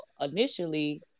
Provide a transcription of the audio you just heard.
initially